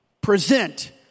present